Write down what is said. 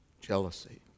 Jealousy